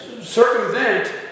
circumvent